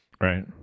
Right